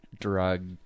drug